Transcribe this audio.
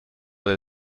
del